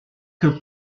que